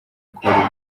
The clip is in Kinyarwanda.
kubera